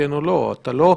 בבידוד?